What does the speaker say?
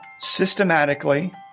systematically